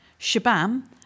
shabam